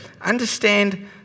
Understand